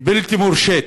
בלתי מורשית,